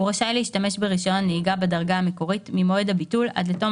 הוא רשאי להשתמש ברישיון הנהיגה בדרגה המקורית ממועד הביטול עד לתום